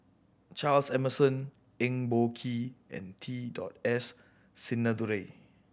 Charles Emmerson Eng Boh Kee and T dot S Sinnathuray